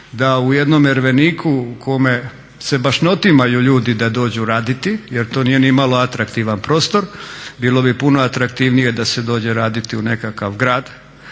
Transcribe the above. da u jednom Erveniku u kome se baš ne otimaju ljudi da dođu raditi, jer to nije nimalo atraktivan prostor bilo bi puno atraktivnije da se dođe raditi u nekakav grad,